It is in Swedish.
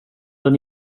den